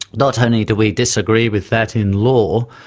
not only do we disagree with that in law,